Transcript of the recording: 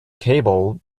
cable